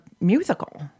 musical